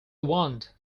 want